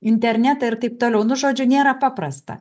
internetą ir taip toliau nu žodžiu nėra paprasta